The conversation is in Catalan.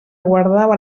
guardava